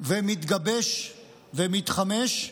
ומתגבש ומתחמש,